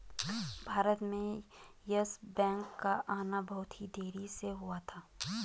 भारत में Yes Bank का आना बहुत ही देरी से हुआ था